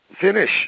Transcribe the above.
finish